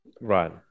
Right